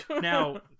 Now